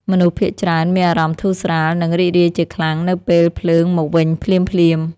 មនុស្សភាគច្រើនមានអារម្មណ៍ធូរស្រាល និងរីករាយជាខ្លាំង នៅពេលភ្លើងមកវិញភ្លាមៗ។